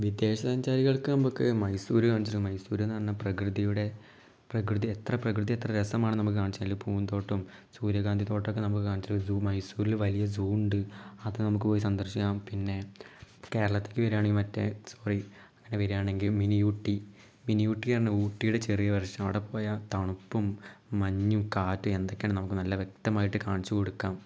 വിദേശസഞ്ചാരികൾക്ക് നമുക്ക് മൈസൂര് കാണിച്ച് കൊട് മൈസൂരെന്ന് പറഞ്ഞാൽ പ്രകൃതിയുടെ പ്രകൃതി എത്ര പ്രകൃതി എത്ര രസമാണെന്ന് നമുക്ക് കാണിച്ചാല് പൂന്തോട്ടവും സൂര്യകാന്തി തോട്ടവുമൊക്കെ നമുക്ക് കാണിച്ച് സൂ മൈസൂരില് വലിയ സൂ ഉണ്ട് അത് നമുക്ക് പോയി സന്ദർശിക്കാം പിന്നെ കേരളത്തിലേക്ക് വരികയാണെങ്കിൽ മറ്റേ സോറി അങ്ങനെ വരികയാണെങ്കിൽ മിനി ഓട്ടി മിനി ഊട്ടിയാണ് ഊട്ടിയുടെ ചെറിയ വേർഷൻ അവിടെ പോയാൽ തണുപ്പും മഞ്ഞു കാറ്റ് എന്തൊക്കെയാണ് നമുക്ക് നല്ല വ്യക്തമായി കാണിച്ച് കൊടുക്കാം